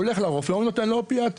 הוא הולך לרופא, הוא נותן לו אופיאטים.